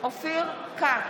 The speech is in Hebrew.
אופיר כץ,